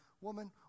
Woman